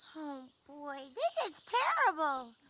boy, this is terrible.